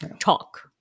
Talk